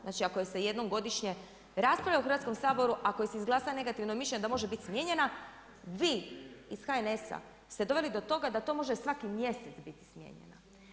Znači, ako je se jednom godišnje rasprava u Hrvatskom saboru, ako im se izglasa negativno mišljenje, da može biti smijenjena, vi iz HNS-a ste doveli do toga da to može svaki mjesec biti smijenjena.